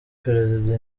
perezida